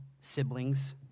siblings